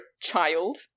child